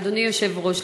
אדוני היושב-ראש,